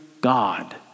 God